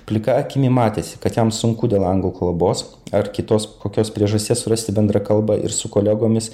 plika akimi matėsi kad jam sunku dėl anglų kalbos ar kitos kokios priežasties rasti bendrą kalbą ir su kolegomis